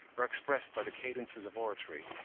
or expressed by the cadences of oratory,